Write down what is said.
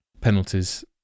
penalties